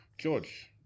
George